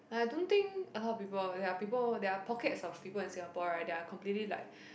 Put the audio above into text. I don't think a lot of people there are people there are pockets of people in Singapore right that are completely like